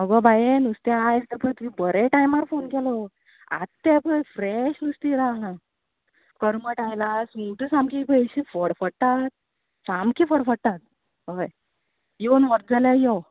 आगो बाये नुस्तें आं एबय तुयेन बरे टायमार फोन केलो आतां येपय फ्रेश नुस्तें येयलां करमट आयलां सुंगटा सामकीं अशीं फडफडटा सामकीं फडफडटा होय येवन वरता जाल्यार यो